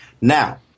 Now